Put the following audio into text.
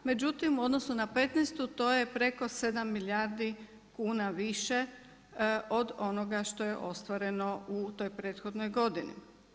Međutim, u odnosu na petnaestu to je preko 7 milijardi kuna više od onoga što je ostvareno u toj prethodnoj godini.